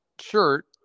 shirt